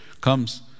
comes